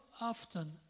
often